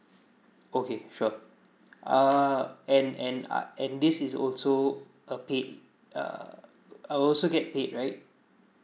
okay sure ah and and I and this is also a paid err I will also get paid right